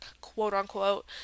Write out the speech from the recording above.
quote-unquote